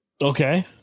Okay